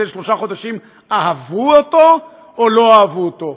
שלושה חודשים אהבו אותו או לא אהבו אותו.